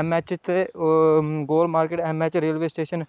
MH ते Gol market MH ते railway station